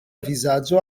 vizaĝo